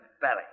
belly